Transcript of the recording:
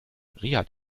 riad